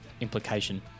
implication